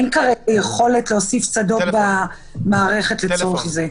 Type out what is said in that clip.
אין כרגע יכולת להוסיף שדות במערכת לצורך זה.